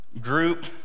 group